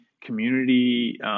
community